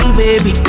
baby